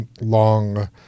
long